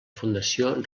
fundació